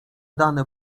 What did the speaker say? dane